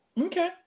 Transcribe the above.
Okay